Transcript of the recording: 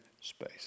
space